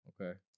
Okay